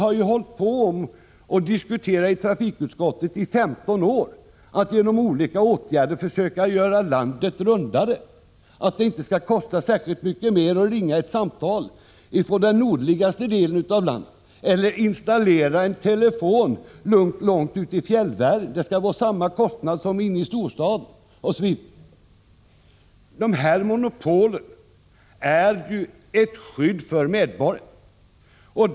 Trafikutskottet har i 15 år fört diskussioner om att vidta olika åtgärder för att försöka göra landet rundare, så att det inte skall kosta särskilt mycket mer att ringa ett samtal från den nordligaste delen av landet, eller installera en telefon långt ute i fjällvärlden. Det skall vara samma kostnad som inne i storstaden. Dessa monopol utgör ett skydd för medborgarna.